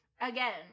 again